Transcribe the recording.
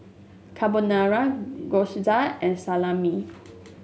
Carbonara Gyoza and Salami